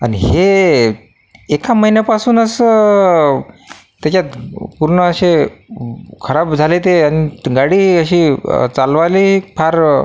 आणि हे एका महिन्यापासूनच त्यांच्यात पूर्ण असे खराब झाले ते अआणि गाडी अशी चालवायलाही फार